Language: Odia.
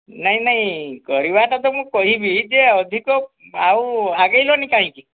ନାଇଁ ନାଇଁ ପଢ଼ିବାଟା ତ ମୁଁ କହିବି ଯେ ଅଧିକ ଆଉ ଆଗେଇଲନି କାହିଁକି